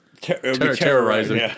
Terrorizing